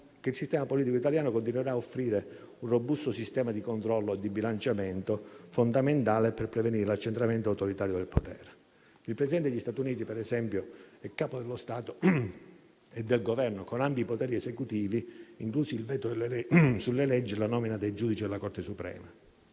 il sistema politico italiano continuerà a offrire un robusto sistema di controllo e di bilanciamento, fondamentale per prevenire l'accentramento autoritario del potere. Il Presidente degli Stati Uniti, per esempio, è capo dello Stato e del Governo, con ampi poteri esecutivi, incluso il veto sulle leggi e la nomina dei giudici della Corte suprema.